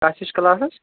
کَتھ ہِش کَلاسَس